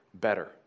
better